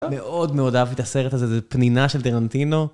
מאוד מאוד אהבתי את הסרט הזה, זה פנינה של טרנטינו.